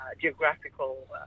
geographical